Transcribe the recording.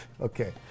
Okay